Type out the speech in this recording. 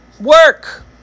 work